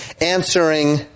answering